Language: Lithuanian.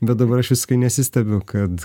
bet dabar aš visiškai nesistebiu kad